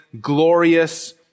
glorious